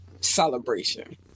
celebration